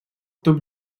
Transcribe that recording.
tub